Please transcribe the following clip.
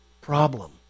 problem